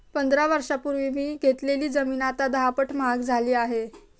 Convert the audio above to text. पंधरा वर्षांपूर्वी मी घेतलेली जमीन आता दहापट महाग झाली आहे